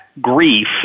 grief